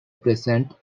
present